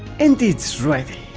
and it's ready!